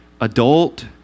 adult